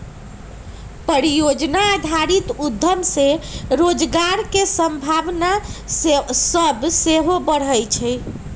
परिजोजना आधारित उद्यम से रोजगार के संभावना सभ सेहो बढ़इ छइ